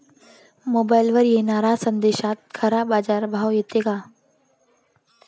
मोबाईलवर येनाऱ्या संदेशात खरा बाजारभाव येते का?